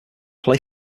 play